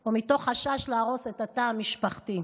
או מתוך חשש להרוס את התא המשפחתי.